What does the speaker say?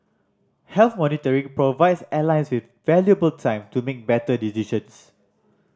health monitoring provides airlines with valuable time to make better decisions